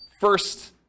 first